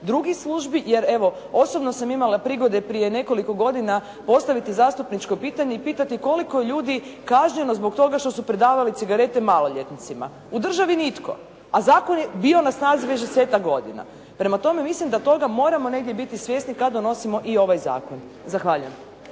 drugih službi. Jer evo, osobno sam imala prigode prije nekoliko godina postaviti zastupničko pitanje i pitati koliko je ljudi kažnjeno zbog toga što su prodavali cigarete maloljetnicima. U državi nitko, a zakon je bio na snazi već desetak godina. Prema tome, mislim da toga moramo negdje biti svjesni kad donosimo i ovaj zakon. Zahvaljujem.